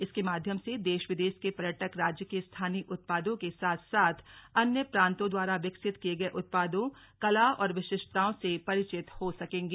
इसके माध्यम से देश विदेश के पर्यटक राज्य के स्थानीय उत्पादों के साथ साथ अन्य प्रान्तों द्वारा विकसित किये गये उत्पादों कला और विशिष्टताओं से परिचित हो सकेंगे